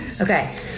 Okay